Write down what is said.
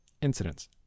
incidents